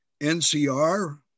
NCR